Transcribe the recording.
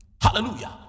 Hallelujah